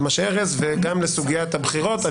למה שאמר ארז וגם לסוגיית הבחירות.